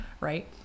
right